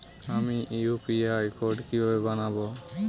আমি UPI code কিভাবে বানাব?